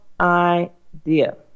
idea